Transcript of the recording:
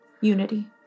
Unity